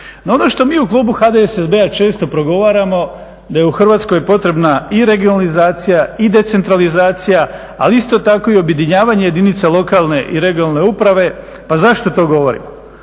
ono što mi u klubu HDSSB-a često progovaramo da je u Hrvatskoj potrebna i regionalizacija i decentralizacija, ali isto tako i objedinjavanje jedinica lokalne i regionalne uprave. Pa zašto to govorim?